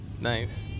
Nice